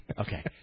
Okay